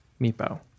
Meepo